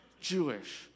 Jewish